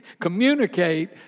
communicate